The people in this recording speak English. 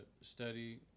study